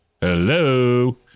Hello